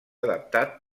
adaptat